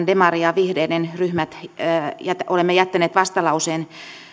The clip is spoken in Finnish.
demarien ja vihreiden ryhmät olemme jättäneet vastalauseen